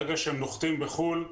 ברגע שהם נוחתים בחו"ל,